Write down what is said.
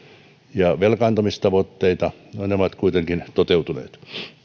ja velkaantumistavoitteita ne ovat kuitenkin toteutuneet